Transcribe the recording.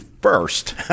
first